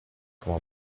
como